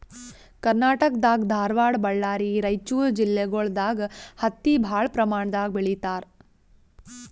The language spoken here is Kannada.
ಕರ್ನಾಟಕ್ ದಾಗ್ ಧಾರವಾಡ್ ಬಳ್ಳಾರಿ ರೈಚೂರ್ ಜಿಲ್ಲೆಗೊಳ್ ದಾಗ್ ಹತ್ತಿ ಭಾಳ್ ಪ್ರಮಾಣ್ ದಾಗ್ ಬೆಳೀತಾರ್